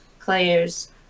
players